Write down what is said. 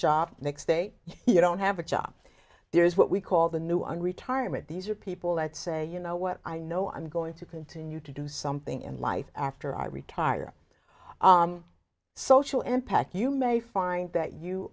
job the next day you don't have a job there is what we call the new on retirement these are people that say you know what i know i'm going to continue to do something in life after i retire social impact you may find that you